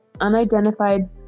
unidentified